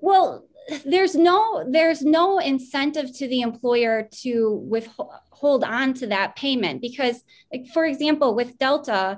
well there's no there's no incentive to the employer to with hold on to that payment because it for example with delta